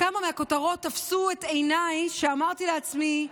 כמה מהכותרות תפסו את עיניי, ואמרתי לעצמי: